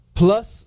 plus